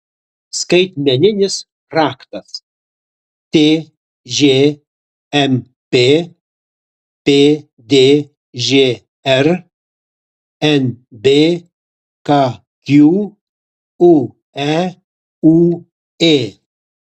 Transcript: skaitmeninis raktas tžmp pdžr nbkq ueūė